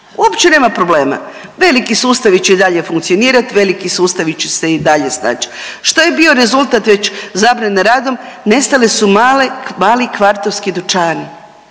Uopće nema problema, veliki sustavi će i dalje funkcionirat, veliki sustavi će se i dalje snaći. Što je bio već zabrane radom? Nestale su male, mali kvartovski dućani